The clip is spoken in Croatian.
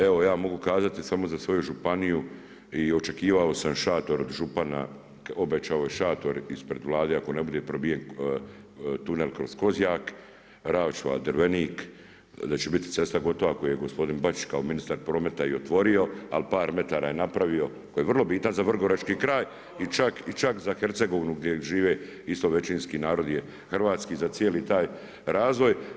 Evo ja mogu kazati samo za svoju županiju i očekivao sam šator od župana obećao je šator ispred Vlade ako ne bude probijen tunel kroz Kozjak, Raočva, Drvenik, da će biti cesta gotova koju je gospodin Bačić kao ministar prometa i otvorio, ali par metara je napravio, koji je vrlo bitan za Vrgorački kraj i čak za Hercegovinu gdje žive isto većinski narod je hrvatski za cijeli taj razvoj.